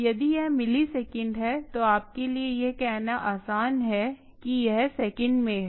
यदि यह मिलीसेकंड है तो आपके लिए यह कहना आसान है कि यह सेकंड में है